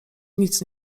nic